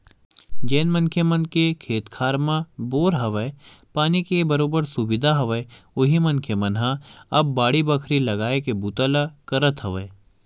जेन मनखे मन के खेत खार मन म बोर हवय, पानी के बरोबर सुबिधा हवय उही मनखे मन ह अब बाड़ी बखरी लगाए के बूता ल करत हवय